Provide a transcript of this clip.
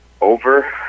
over